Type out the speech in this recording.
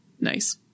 nice